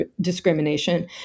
discrimination